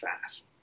fast